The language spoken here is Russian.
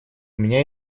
меня